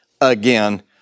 again